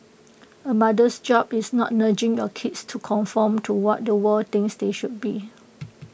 A mother's job is not nudging your kids to conform to what the world thinks they should be